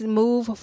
move